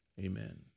amen